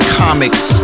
comics